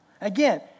Again